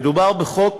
מדובר בחוק